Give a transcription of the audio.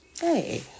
Hey